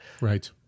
Right